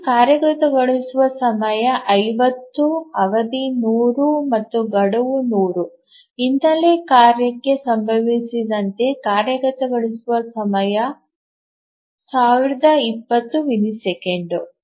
ಇಲ್ಲಿ ಕಾರ್ಯಗತಗೊಳಿಸುವ ಸಮಯ 50 ಅವಧಿ 100 ಮತ್ತು ಗಡುವು 100 ಮತ್ತು ಹಿನ್ನೆಲೆ ಕಾರ್ಯಕ್ಕೆ ಸಂಬಂಧಿಸಿದಂತೆ ಕಾರ್ಯಗತಗೊಳಿಸುವ ಸಮಯ 1020 ಮಿಲಿಸೆಕೆಂಡ್